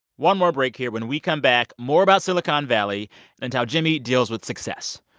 one more break here. when we come back, more about silicon valley and how jimmy deals with success.